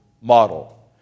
model